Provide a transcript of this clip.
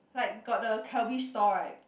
like got the Calbee store right